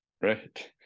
Right